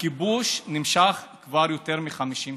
הכיבוש נמשך כבר יותר מ-50 שנים.